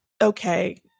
okay